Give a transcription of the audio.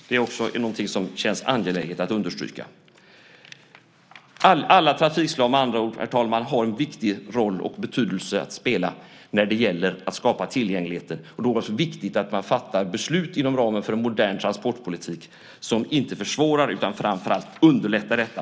Det är också någonting som känns angeläget att understryka. Alla trafikslag har med andra ord, herr talman, en viktig roll att spela när det gäller att skapa tillgänglighet. Det är då viktigt att man fattar beslut inom ramen för en modern transportpolitik som inte försvårar utan framför allt underlättar detta.